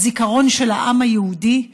בזיכרון של העם היהודי.